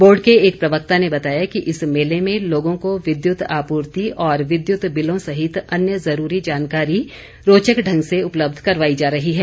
board के एक प्रवक्ता ने बताया कि इस मेले में लोगों को विद्युत आपूर्ति और विद्युत बिलों सहित अन्य जरूरी जानकारी रोचक ढंग से उपलब्ध करवाई जा रही है